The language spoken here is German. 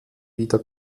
wieder